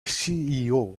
ceo